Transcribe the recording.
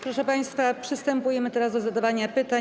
Proszę państwa, przystępujemy teraz do zadawania pytań.